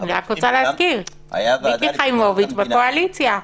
אני רק רוצה להזכיר, מיקי חיימוביץ בקואליציה.